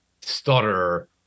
stutter